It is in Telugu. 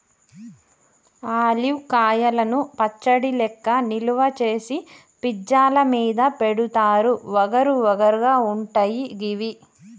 ఆలివ్ కాయలను పచ్చడి లెక్క నిల్వ చేసి పిజ్జా ల మీద పెడుతారు వగరు వగరు గా ఉంటయి గివి